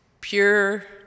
Pure